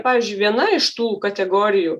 pavyzdžiui viena iš tų kategorijų